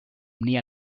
near